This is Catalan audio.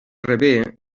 rebé